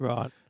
Right